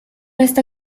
esta